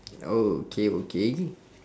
okay okay